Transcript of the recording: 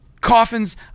coffins